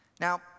Now